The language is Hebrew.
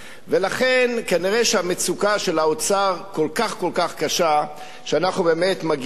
כנראה המצוקה של האוצר כל כך כל כך קשה שאנחנו באמת מגיעים לרגע הזה.